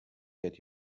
get